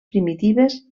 primitives